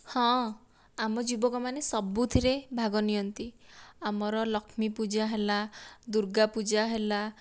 ହଁ ଆମ ଯୁବକ ମାନେ ସବୁଥିରେ ଭାଗ ନିଅନ୍ତି ଆମର ଲକ୍ଷ୍ମୀ ପୂଜା ହେଲା ଦୁର୍ଗା ପୂଜା ହେଲା